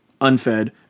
unfed